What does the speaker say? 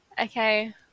okay